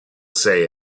say